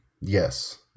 Yes